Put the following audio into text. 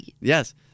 Yes